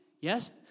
Yes